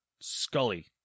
Scully